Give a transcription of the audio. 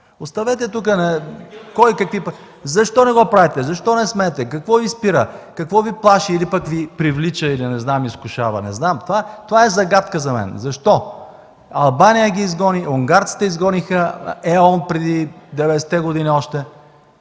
Оставете тук кой какви... Защо не го правите? Защо не смеете? Какво Ви спира, какво Ви плаши или пък Ви привлича, или изкушава? Не знам! Това е загадка за мен. Защо Албания ги изгони? Унгарците изгониха Е.ОН още преди 90-те години.